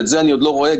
את זה אני עוד לא רואה,